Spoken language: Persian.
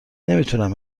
نمیتونم